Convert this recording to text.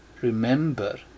Remember